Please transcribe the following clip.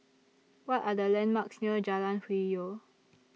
What Are The landmarks near Jalan Hwi Yoh